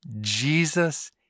Jesus